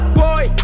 boy